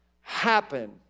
happen